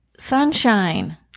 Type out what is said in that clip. Sunshine